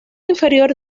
inferior